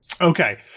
Okay